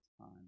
time